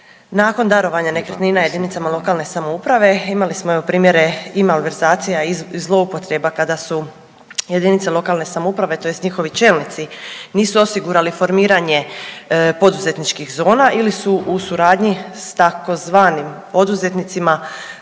nakon darovanja nekretnina jedinicama lokalne samouprave. Imali smo evo primjere i malverzacija i zloupotreba kada su jedinice lokalne samouprave tj. njihovi čelnici nisu osigurali formiranje poduzetničkih zona ili su u suradnji s tzv. poduzetnicima